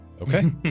Okay